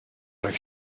roedd